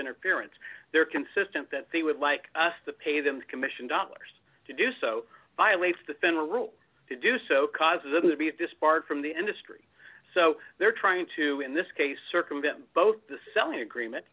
interference they're consistent that they would like us to pay them commission dollars to do so violates the federal rule to do so causes them to be disbarred from the industry so they're trying to in this case circumvent both the selling agreement